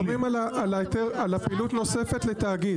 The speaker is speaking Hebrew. לא, לא, אנחנו מדברים על הפעילות הנוספת לתאגיד.